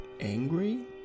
angry